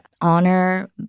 honor